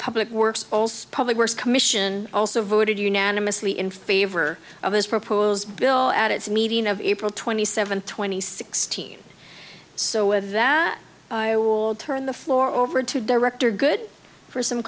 works public works commission also voted unanimously in favor of his proposed bill at its meeting of april twenty seventh twenty sixteen so with that i will turn the floor over to director good for some